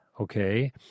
okay